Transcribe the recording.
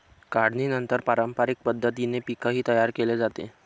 काढणीनंतर पारंपरिक पद्धतीने पीकही तयार केले जाते